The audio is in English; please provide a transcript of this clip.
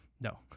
no